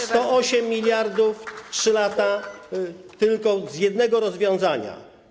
108 mld w ciągu 3 lat tylko z jednego rozwiązania.